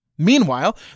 Meanwhile